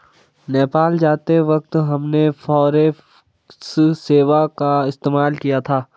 नेपाल जाते वक्त हमने फॉरेक्स सेवा का इस्तेमाल किया था